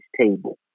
table